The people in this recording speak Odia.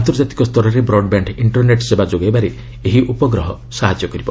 ଆନ୍ତର୍ଜାତୀକ ସ୍ତରରେ ବ୍ରଡ୍ବ୍ୟାଣ୍ଡ ଇଷ୍ଟରନେଟ୍ ସେବା ଯୋଗାଇବାରେ ଏହି ଉପଗ୍ରହ ସାହାଯ୍ୟ କରିବ